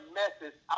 message